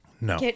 No